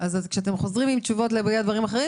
כשאתם חוזרים עם תשובות לגבי דברים אחרים,